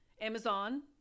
Amazon